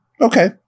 Okay